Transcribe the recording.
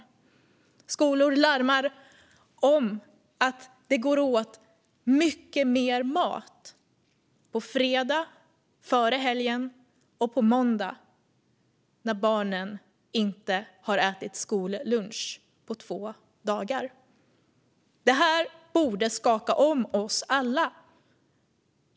Skolor larmar om att det går åt mycket mer mat på fredag före helgen och på måndag när barnen inte har ätit skollunch på två dagar. Det här borde skaka om oss alla.